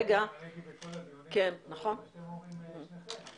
הייתי בכל הדיונים, אבל זה מה שאתם אומרים שניכם.